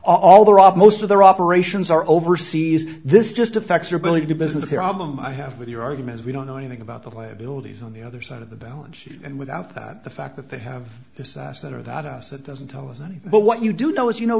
all the rob most of their operations are overseas this just affects your ability to business here aba i have with your arguments we don't know anything about the liabilities on the other side of the balance sheet and without that the fact that they have this asset or that us it doesn't tell us anything but what you do know is you know